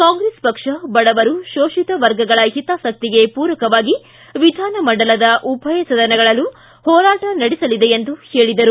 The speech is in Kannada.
ಕಾಂಗ್ರೆಸ್ ಪಕ್ಷ ಬಡವರು ಶೋಷಿತ ವರ್ಗಗಳ ಹಿತಾಸಕ್ತಿಗೆ ಪೂರಕವಾಗಿ ವಿಧಾನಮಂಡಲದ ಉಭಯ ಸದನಗಳಲ್ಲೂ ಹೋರಾಟ ನಡೆಸಲಿದೆ ಎಂದು ಹೇಳಿದರು